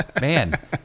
Man